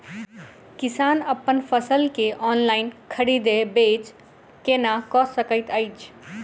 किसान अप्पन फसल केँ ऑनलाइन खरीदै बेच केना कऽ सकैत अछि?